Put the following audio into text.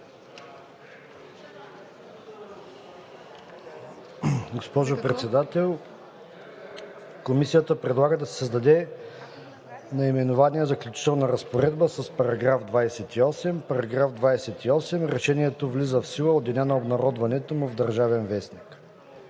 Госпожо Председател, Комисията предлага да се създаде наименованието „Заключителна разпоредба“ с § 28. „§ 28. Решението влиза в сила от деня на обнародването му в „Държавен вестник“.“